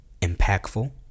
impactful